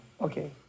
Okay